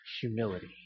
humility